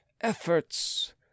efforts